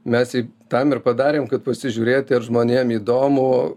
mes jį tam ir padarėm kad pasižiūrėti ar žmonėm įdomu